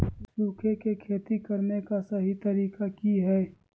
सूखे में खेती करने का सही तरीका की हैय?